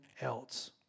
else